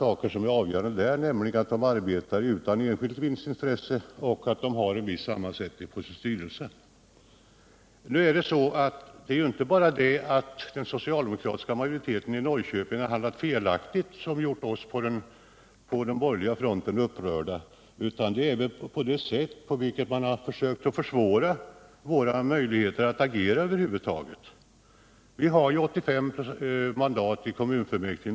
Avgörande är att de arbetar utan enskilt vinstintresse och att styrelsens sammansättning sker enligt bestämmelserna i 26 §. Nu är det inte bara att den socialdemokratiska majoriteten i Norrköping handlat felaktigt som gjort oss på borgerligt håll upprörda, utan även det sätt på vilket man försökt att försvåra de borgerliga partiernas möjligheter att agera. Det finns 85 mandat i kommunfullmäktige.